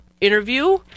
interview